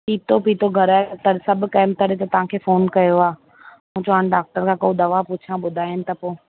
पीतो पीतो घरि आहे पर सभु कमु करे त तव्हांखे फ़ोन कयो आहे हू चवनि डॉक्टर खां को दवा पुछा ॿुधाइनि त पोइ